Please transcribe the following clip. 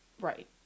Right